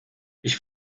ich